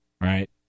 Right